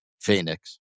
Phoenix